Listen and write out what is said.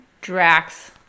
Drax